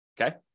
okay